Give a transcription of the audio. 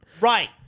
Right